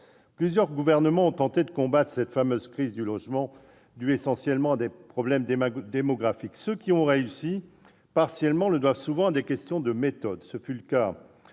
Plusieurs gouvernements ont tenté de combattre cette fameuse crise du logement, due à des problèmes essentiellement démographiques. Ceux qui y ont réussi partiellement le doivent souvent à des questions de méthode. Ce fut le cas